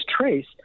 trace